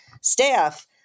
staff